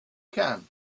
can